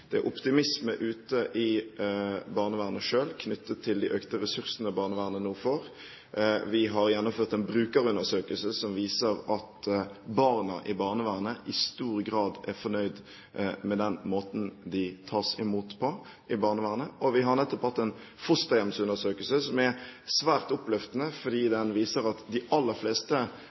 Det er optimisme ute i barnevernet selv knyttet til de økte ressursene som barnevernet nå får. Vi har gjennomført en brukerundersøkelse som viser at barna i barnevernet i stor grad er fornøyde med den måten de tas imot på i barnevernet. Og vi har nettopp hatt en fosterhjemsundersøkelse som er svært oppløftende, for den viser at de aller fleste